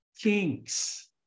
kings